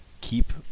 Keep